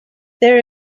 there